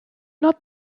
not